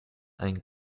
ein